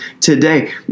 today